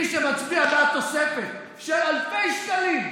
מי שמצביע בעד תוספת של אלפי שקלים,